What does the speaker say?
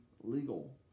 legal